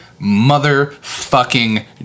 motherfucking